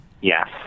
Yes